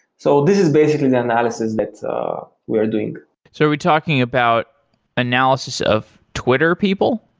so this is basically the analysis that we are doing so we're talking about analysis of twitter people?